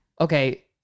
okay